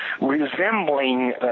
resembling